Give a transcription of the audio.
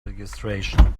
registration